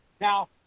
Now